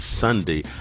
Sunday